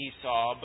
Esau